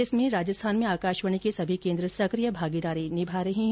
इस कार्यकम में राजस्थान में आकाशवाणी के समी केन्द्र सकिय भागीदारी निभा रहे है